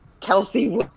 kelsey